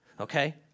okay